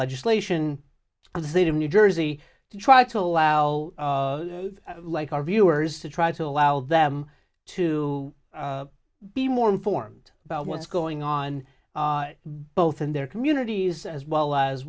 legislation on the state of new jersey to try to allow like our viewers to try to allow them to be more informed about what's going on both in their communities as well as